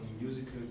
musical